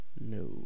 No